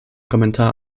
kommentar